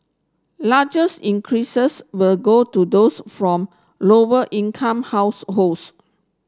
larger increases will go to those from lower income households